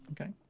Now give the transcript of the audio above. Okay